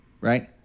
Right